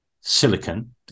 silicon